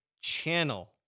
channel